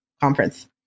conference